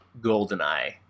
GoldenEye